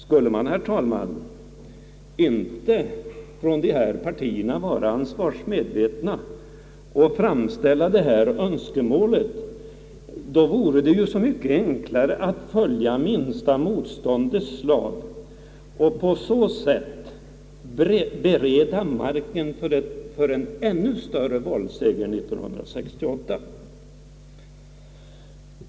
Skulle man, herr talman, inte framställa detta önskemål från partierna under medvetande om sitt ansvar, vore det ju så mycket enklare att följa minsta motståndets lag och på så sätt bereda marken för en ännu större valseger 1968.